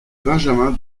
benjamin